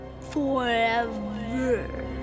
forever